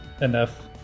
enough